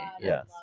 yes